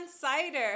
cider